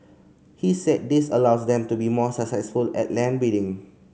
he said this allows them to be more successful at land bidding